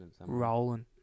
Rolling